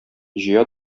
җыя